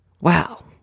Wow